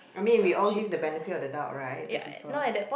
I mean we all give the benefit of the doubt right to people